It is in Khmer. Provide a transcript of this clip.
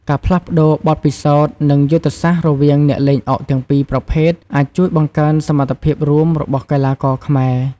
ការផ្លាស់ប្តូរបទពិសោធន៍ និងយុទ្ធសាស្ត្ររវាងអ្នកលេងអុកទាំងពីរប្រភេទអាចជួយបង្កើនសមត្ថភាពរួមរបស់កីឡាករខ្មែរ។